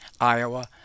Iowa